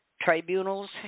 tribunals